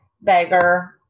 beggar